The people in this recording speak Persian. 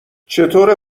چطوره